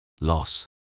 loss